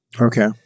Okay